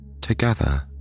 Together